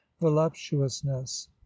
voluptuousness